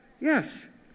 Yes